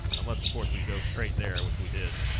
unless of course we go straight there which we did